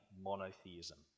monotheism